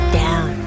down